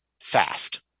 fast